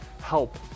help